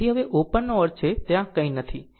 તેથી હવે આ ઓપન નો અર્થ છે તે ત્યાં નથી